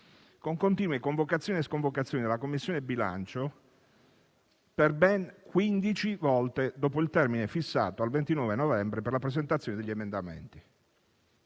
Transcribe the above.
con continue convocazioni della Commissione bilancio per ben 15 volte, dopo il termine fissato al 29 novembre per la presentazione degli emendamenti: